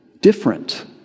different